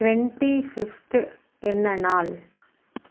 twenty fifth என்ன நாள்